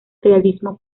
realismo